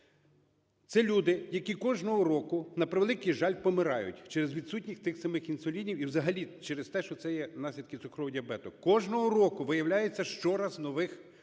це люди, які кожного року, на превеликий жаль, помирають через відсутність тих самих інсулінів і взагалі через те, що це є наслідки цукрового діабету. Кожного року виявляється щораз нових